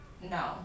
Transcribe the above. no